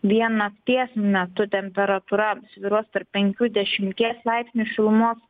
vien nakties metu temperatūra svyruos tarp penkių dešimties laipsnių šilumos